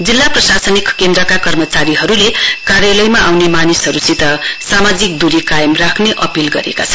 जिल्ला प्रशासनिक केन्द्रका कर्मचारीहरुको कार्यलयमा आउने मानिसहरुसित सामाजिक दूरी कायम राख्ने अपील गरेका छन्